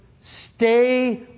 stay